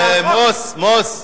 מטרת המחוקקים